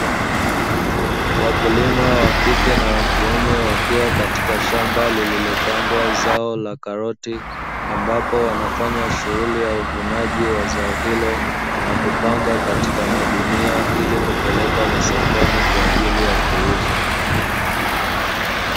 W2akulima wa kike na wa kiume wakiwa katika shamba lililopandwa zao la karoti, ambapo wanafanya shughuli ya uvunaji wa zao hilo na kupanga katika magunia, ili kupelekwa masokoni kwa ajili ya kuuzwa.